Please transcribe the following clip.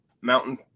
Mountain